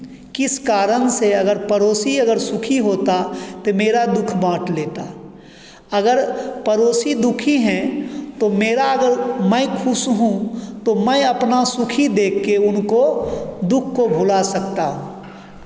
इस कारण से अगर पड़ोसी अगर सुखी होता ते मेरा दुःख बाँट लेता अगर पड़ोसी दुःखी हैं तो मेरा अगर मैं खुश हूँ तो मैं अपना सुखी देख के उनको दुःख को भुला सकता हूँ